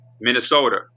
Minnesota